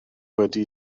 wedi